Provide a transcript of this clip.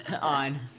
on